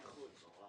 --- אין לנו בעיה.